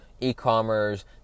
e-commerce